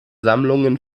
sammlungen